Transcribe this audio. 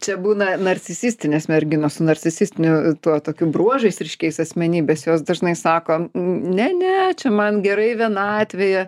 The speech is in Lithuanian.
čia būna narcisistinės merginos narcisistinių tuo tokių bruožais ryškiais asmenybės jos dažnai sako ne ne čia man gerai vienatvėje